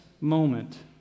moment